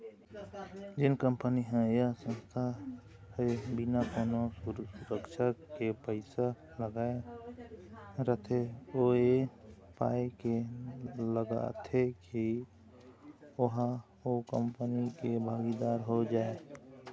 जेन कंपनी ह या संस्था ह बिना कोनो सुरक्छा के पइसा लगाय रहिथे ओ ऐ पाय के लगाथे के ओहा ओ कंपनी के भागीदार हो जाय